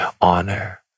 Honor